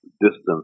distance